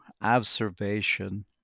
observation